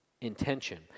intention